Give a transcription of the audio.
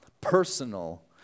personal